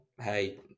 Hey